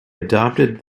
adopted